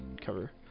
cover